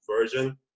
version